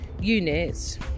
units